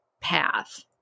path